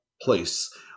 place